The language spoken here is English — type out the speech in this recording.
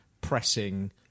pressing